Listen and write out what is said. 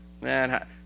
Man